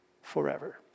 forever